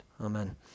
Amen